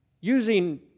using